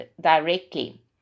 directly